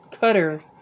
cutter